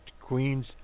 Queens